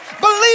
Believe